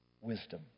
wisdom